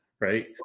right